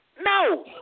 No